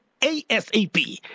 ASAP